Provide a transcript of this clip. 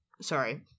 Sorry